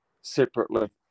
separately